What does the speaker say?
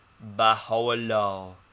baha'u'llah